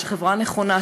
של חברה נכונה,